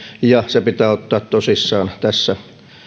ja se pitää ottaa tosissaan tässä